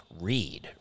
read